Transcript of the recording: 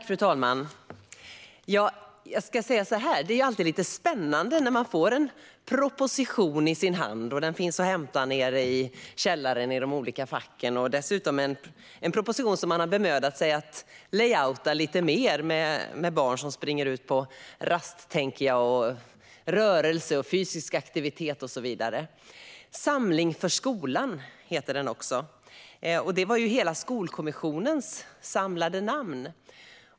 Fru talman! Det är alltid lite spännande när man får en proposition i sin hand och den finns att hämta nere i källaren i de olika facken. Det är dessutom en proposition som man har bemödat sig att layouta lite mer, med barn som springer ut på rast, rörelse, fysisk aktivitet och så vidare. Samling för skolan heter propositionen, och det var hela Skolkommissionens samlade namn.